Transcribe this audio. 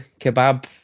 kebab